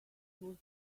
was